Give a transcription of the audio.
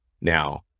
now